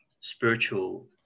spiritual